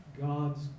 God's